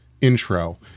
intro